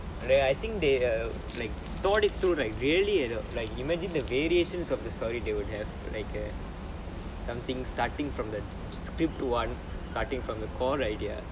dey I think they are like thought it to like really you know like imagine the variations of the story they would have like a something starting from the script to one starting from the core idea